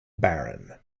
baron